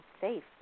safe